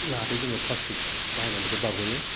जाहाथे जोङो प्लासटिक बाहायनायनिफ्राय बारग'यो